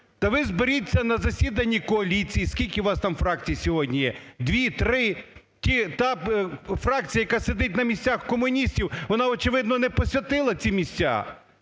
Та ви зберіться на засіданні коаліції, скільки вас там фракцій сьогодні є – дві, три. Та фракція, яка сидить на місцях комуністів, вона очевидно не посвятила ці місця,